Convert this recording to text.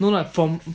no lah from